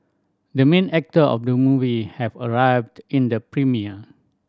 the main actor of the movie have arrived in the premiere